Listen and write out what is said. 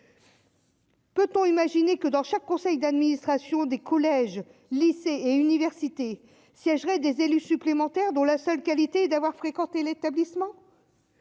Peut-on imaginer que dans chaque conseil d'administration des collèges, lycées et universités siégeraient des élus supplémentaires dont la seule qualité d'avoir fréquenté l'établissement